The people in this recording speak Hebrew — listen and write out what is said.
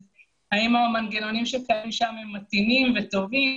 זה והאם המנגנונים שקיימים שם מתאימים וטובים.